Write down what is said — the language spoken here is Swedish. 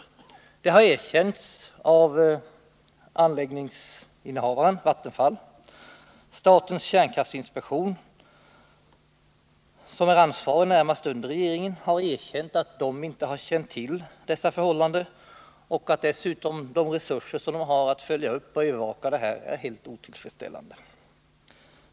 Det har erkänts av anläggningsinnehavaren, Vattenfall. Statens kärnkraftinspektion, som är ansvarig närmast under regeringen, har erkänt att den inte känt till dessa förhållanden och att dess resurser att följa upp och övervaka detta är helt otillräckliga.